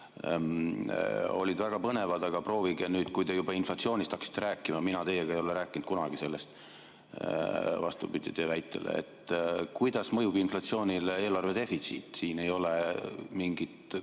olid väga põnevad. Aga proovige nüüd [öelda], kui te juba inflatsioonist hakkasite rääkima – mina teiega ei ole sellest kunagi rääkinud, vastupidi teie väitele –, kuidas mõjub inflatsioonile eelarve defitsiit. Siin ei ole mingit